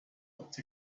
looked